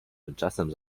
tymczasem